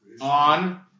on